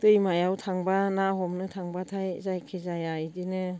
दैमायाव थांबा ना हमनो थांबाथाय जायखिजाया बिदिनो